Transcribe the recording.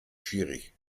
schwierig